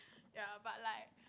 ya but like